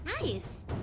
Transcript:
Nice